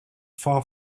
far